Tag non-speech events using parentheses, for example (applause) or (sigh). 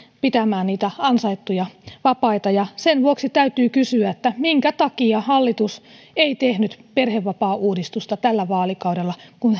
pitämään niitä ansaittuja vapaita sen vuoksi täytyy kysyä minkä takia hallitus ei tehnyt perhevapaauudistusta tällä vaalikaudella kun (unintelligible)